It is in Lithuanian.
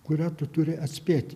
kurią tu turi atspėt